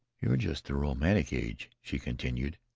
you're just the romantic age, she continued